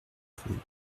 flots